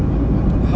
about what